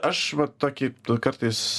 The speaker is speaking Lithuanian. aš va tokį kartais